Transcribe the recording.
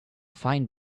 fine